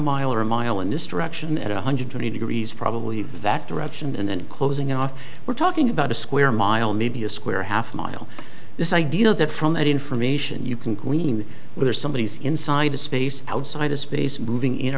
mile or a mile in this direction at one hundred twenty degrees probably that direction and then closing off we're talking about a square mile maybe a square half mile this idea that from that information you can glean whether somebody is inside a space outside of space moving in